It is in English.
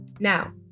Now